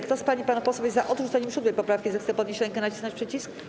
Kto z pań i panów posłów jest za odrzuceniem 7. poprawki, zechce podnieść rękę i nacisnąć przycisk.